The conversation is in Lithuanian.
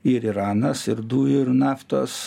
ir iranas ir dujų ir naftos